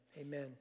Amen